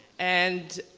and